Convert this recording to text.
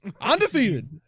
Undefeated